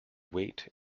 wait